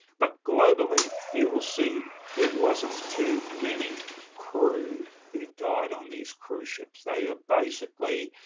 but globally, you will see it wasn't too many crew who died on these cruise ships, they are basically,